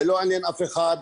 זה לא עניין אף אחד.